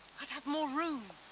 i'd have more room.